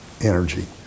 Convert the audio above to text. energy